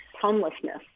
homelessness